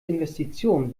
investition